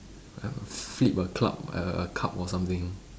uh flip a club a a cup or something